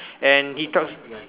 and he talks